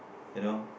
you know